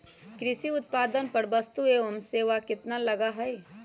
कृषि उत्पादन पर वस्तु एवं सेवा कर कितना लगा हई?